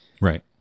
Right